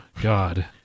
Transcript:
God